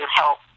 help